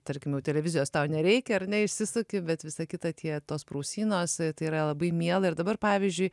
tarkim jau televizijos tau nereikia ar ne išsisuki bet visą kitą tie tos prausynos tai yra labai miela ir dabar pavyzdžiui